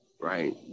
right